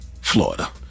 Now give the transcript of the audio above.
Florida